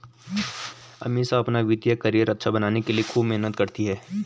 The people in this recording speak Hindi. अमीषा अपना वित्तीय करियर अच्छा बनाने के लिए खूब मेहनत करती है